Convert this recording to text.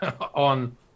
On